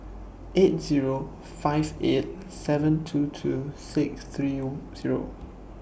eight Zero five eight seven two two six three Zero